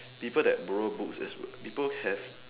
people that borrow books as well people have